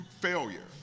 failure